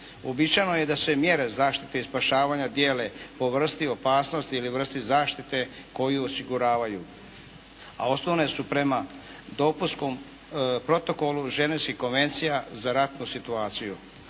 Uobičajeno je da se mjere zaštite i spašavanja dijele po vrsti opasnosti ili vrsti zaštite koju osiguravaju, a osnovne su prema dopunskom protokolu Ženevskih konvencija za ratnu situaciju.